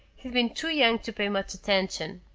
he'd been too young to pay much attention.